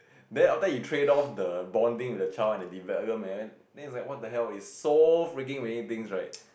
then after that you trade off the bonding with the child and the development then it's like what the hell it's so many freaking things right